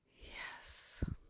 Yes